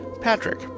Patrick